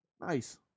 Nice